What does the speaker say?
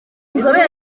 nzobere